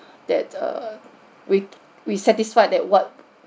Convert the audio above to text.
that err we we satisfied that what